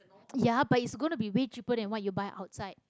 ya but it's gonna be way cheaper than what you buy outside